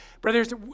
Brothers